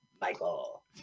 Michael